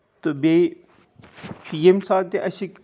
تہٕ بیٚیہِ چھُ ییٚمہِ ساتہٕ تہِ اَسہِ